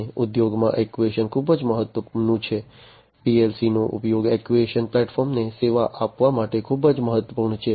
અને ઉદ્યોગમાં એક્યુએશન ખૂબ મહત્વનું છે પીએલસી નો ઉપયોગ એક્યુએશન પ્લેટફોર્મને સેવા આપવા માટે ખૂબ જ મહત્વપૂર્ણ છે